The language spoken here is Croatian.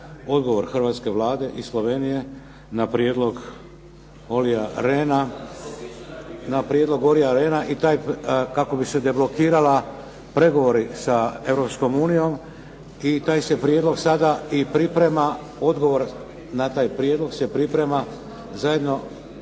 odgovor hrvatske Vlade i Slovenije na prijedlog Olija Rehna i taj, kako bi se deblokirali pregovori sa Europskom unijom i taj se prijedlog sada i priprema, odgovor na taj prijedlog se priprema. Zajedno